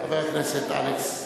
חבר הכנסת אלכס מילר,